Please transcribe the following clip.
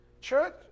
Church